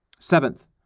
Seventh